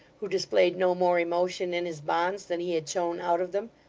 who displayed no more emotion in his bonds than he had shown out of them.